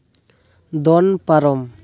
ᱫᱚᱱ ᱯᱟᱨᱚᱢ